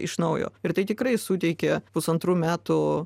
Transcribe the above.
iš naujo ir tai tikrai suteikė pusantrų metų